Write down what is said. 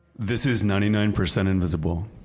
this is ninety nine percent invisible.